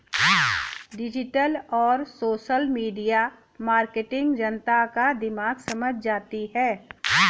digital और social media marketing जनता का दिमाग समझ जाती है